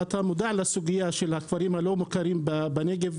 ואתה מודע לסוגיה של הכפרים הלא מוכרים בנגב,